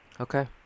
Okay